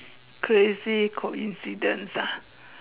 crazy coincidence ah